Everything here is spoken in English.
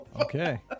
okay